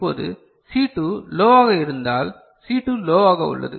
இப்போது சி 2 லோவாக இருந்தால் சி 2 லோவாக உள்ளது